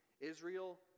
Israel